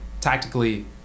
tactically